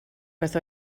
beth